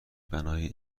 برای